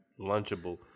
lunchable